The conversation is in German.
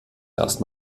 erst